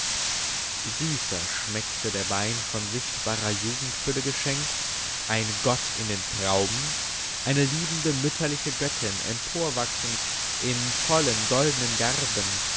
süßer schmeckte der wein von sichtbarer jugendfülle geschenkt ein gott in den trauben eine liebende mütterliche göttin emporwachsend in vollen goldenen garben